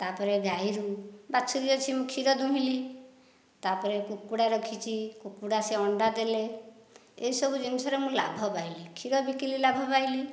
ତାପରେ ଗାଈରୁ ବାଛୁରି ଅଛି ମୁଁ କ୍ଷୀର ଦୁହିଁଲି ତାପରେ କୁକୁଡ଼ା ରଖିଛି କୁକୁଡ଼ା ସେ ଅଣ୍ଡା ଦେଲେ ଏଇସବୁ ଜିନିଷରେ ମୁଁ ଲାଭ ପାଇଲି କ୍ଷୀର ବିକିଲି ମୁଁ ଲାଭ ପାଇଲି